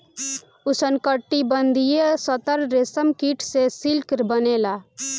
उष्णकटिबंधीय तसर रेशम कीट से सिल्क बनेला